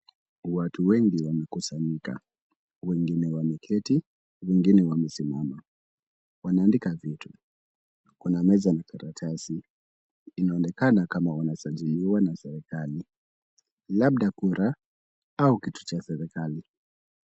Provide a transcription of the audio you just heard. Watu wengi wamekusanyika. Wengine wameketi wengine wamesimama. Wanaandika vitu. Kuna meza na karatasi. Inaonekana kama wanasajiliwa na serikali, labda kura au kitu cha serikali.